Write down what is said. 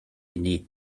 eni